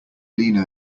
lena